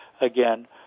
again